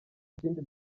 kindi